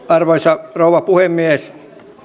arvoisa rouva puhemies